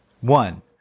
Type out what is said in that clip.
One